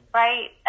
right